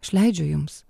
aš leidžiu jums